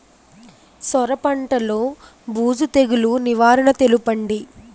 సొర పంటలో బూజు తెగులు నివారణ తెలపండి?